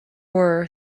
were